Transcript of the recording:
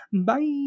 Bye